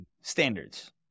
standards